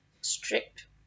strict